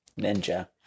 ninja